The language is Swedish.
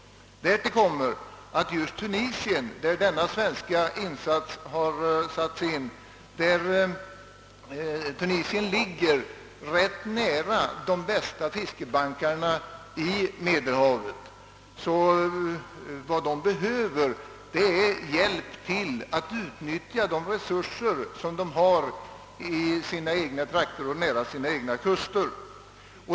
Därtill kommer att just Tunisien, där denna svenska insats har gjorts, ligger nära de bästa fiskebankarna i Medelhavet. Vad Tunisien behöver är hjälp att utnyttja de resurser som landet har nära sina egna kuster.